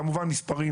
כמובן מספרים